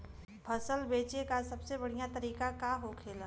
फसल बेचे का सबसे बढ़ियां तरीका का होखेला?